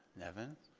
nevin.